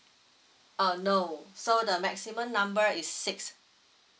uh no so the maximum number is six